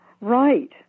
right